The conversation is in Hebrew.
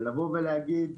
ולהביא, ולהגיד,